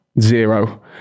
Zero